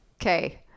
okay